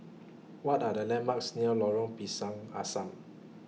What Are The landmarks near Lorong Pisang Asam